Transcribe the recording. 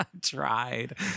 tried